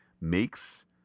makes